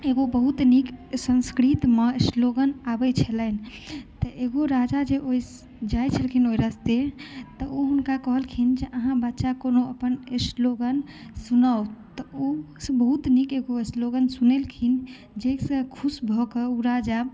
एगो बहुत नीक संस्कृत मे स्लोगन आबै छलनि तऽ एगो राजा जे ओहि जाय छलखिन ओहि रस्ते तऽ ओ हुनका कहलखिन जे आहाँ बच्चा कोनो अपन स्लोगन सुनाउ तऽ ओ बहुत नीक एगो स्लोगन सुनेलखिन जाहिसँ खुश भऽ कऽ ओ राजा